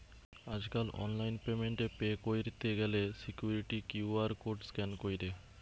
আজকাল online payment এ pay কইরতে গ্যালে সিকুইরিটি কিউ.আর কোড স্ক্যান কইরে